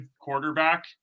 quarterback